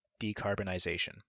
decarbonization